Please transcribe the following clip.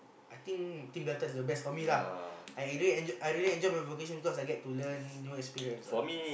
I think team Delta is the best for me lah I really I really enjoyed my vocation because I get to learn new experience ah